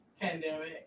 pandemic